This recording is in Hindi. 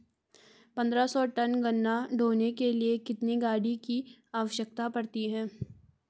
पन्द्रह सौ टन गन्ना ढोने के लिए कितनी गाड़ी की आवश्यकता पड़ती है?